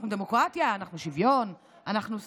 אנחנו דמוקרטיה, אנחנו שוויון, אנחנו שמאל.